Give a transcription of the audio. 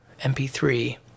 mp3